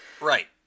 Right